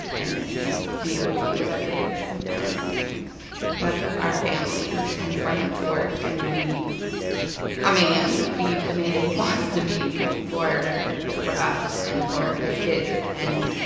and just to be able to be with our kids and have our family, and for him to work and be a man, be the man that he wants to be for for us and for his kids. and